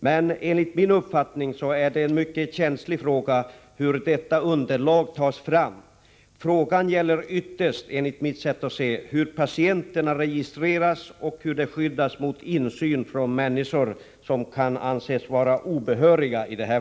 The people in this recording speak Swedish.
Men enligt min uppfattning är frågan om hur detta underlag tas fram en mycket känslig fråga. Ytterst gäller det, som jag ser saken, hur patienterna registreras och hur de skall kunna skyddas mot insyn som kan anses vara obehörig.